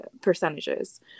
percentages